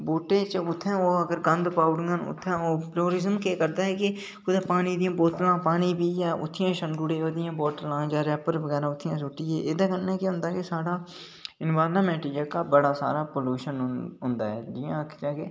बूहटें च उत्थै अगर गंद पाई ओड़ङन उत्थै टूरिजम केह् करदा कि पानी दियां बोतलां पानी पीयै उत्थै छंडी ओड़नियां बोतलां जां रैह्पर बगैरा उत्थेै सुट्टी गे ऐह्दे कन्नै केह् होंदा कि इनवायरनमैंट बडा सारा पोलूशन होंदा ऐ जि'यां आक्खी लैह्चै कि